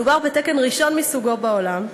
מדובר בתקן ראשון מסוגו בעולם,